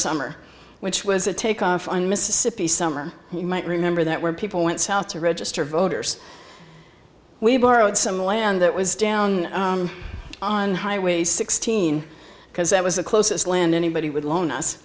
summer which was a takeoff on mississippi summer you might remember that where people went south to register voters we borrowed some land that was down on highway sixteen because that was the closest land anybody would loan us